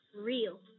Real